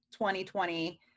2020